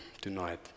tonight